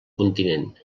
continent